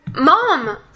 Mom